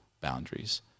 boundaries